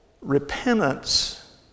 repentance